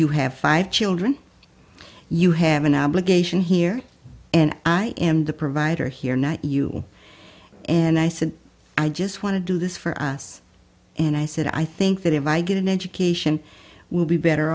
you have five children you have an obligation here and i am the provider here not you and i said i just want to do this for us and i said i think that if i get an education will be better